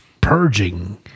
purging